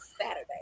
Saturday